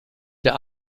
der